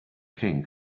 king